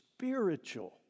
spiritual